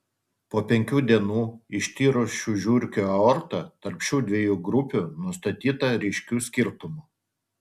po penkių dienų ištyrus šių žiurkių aortą tarp šių dviejų grupių nustatyta ryškių skirtumų